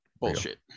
Bullshit